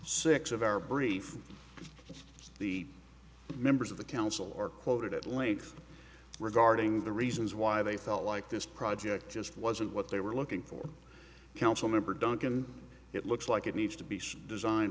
six of our brief the members of the council or quoted at length regarding the reasons why they felt like this project just wasn't what they were looking for council member don't can it looks like it needs to be designed